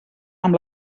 amb